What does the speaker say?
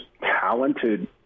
talented